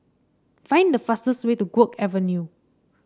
find the fastest way to Guok Avenue